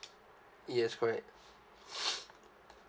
yes correct